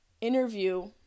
interview